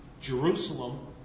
Jerusalem